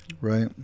Right